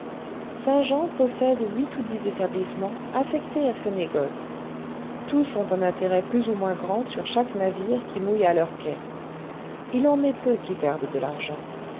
saint-jean possède huit ou dix établissements affectés à ce négoce tous ont un intérêt plus ou moins grand sur chaque navire qui mouille à leurs quais il en est peu qui perdent de l'argent